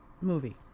movie